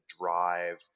drive